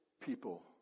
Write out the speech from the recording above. people